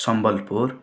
Sambalpur